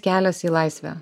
kelias į laisvę